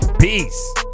Peace